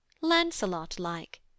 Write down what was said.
Lancelot-like